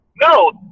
No